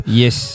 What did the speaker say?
yes